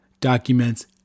documents